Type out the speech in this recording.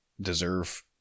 deserve